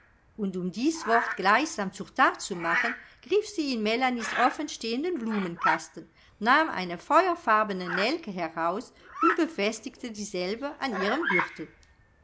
und um dies wort gleichsam zur that zu machen griff sie in melanies offenstehenden blumenkasten nahm eine feuerfarbene nelke heraus und befestigte dieselbe an ihrem gürtel